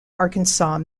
arkansas